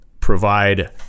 provide